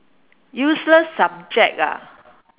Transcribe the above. useless subject ah